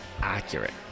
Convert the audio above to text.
accurate